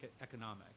economic